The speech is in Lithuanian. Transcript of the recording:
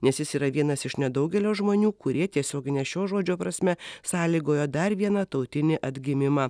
nes jis yra vienas iš nedaugelio žmonių kurie tiesiogine šio žodžio prasme sąlygojo dar vieną tautinį atgimimą